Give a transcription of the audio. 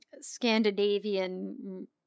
Scandinavian